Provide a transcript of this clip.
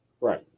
Right